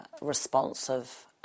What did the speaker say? responsive